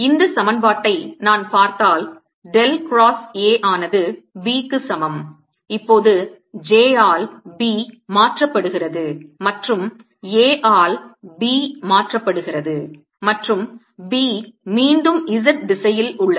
இந்த சமன்பாட்டை நான் பார்த்தால் டெல் கிராஸ் A ஆனது Bக்கு சமம் இப்போது j ஆல் B மாற்றப்படுகிறது மற்றும் A ஆல் B மாற்றப்படுகிறது மற்றும் B மீண்டும் z திசையில் உள்ளது